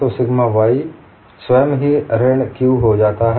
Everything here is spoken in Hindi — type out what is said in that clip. तो सिग्मा y स्वयं ही ऋण q हो जाता है